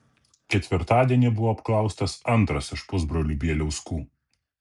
ketvirtadienį buvo apklaustas antras iš pusbrolių bieliauskų